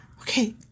Okay